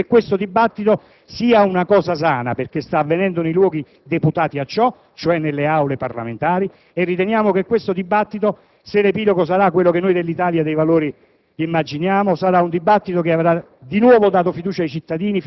sbagliato di giustificare quel che è avvenuto. Pensiamo invece che questo dibattito sia una cosa sana perché sta avvenendo nei luoghi deputati a ciò, cioè nelle Aule parlamentari, e riteniamo che questo dibattito - se l'epilogo sarà quello che noi dell'Italia dei Valori